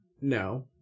No